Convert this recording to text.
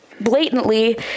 blatantly